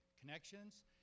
Connections